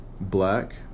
black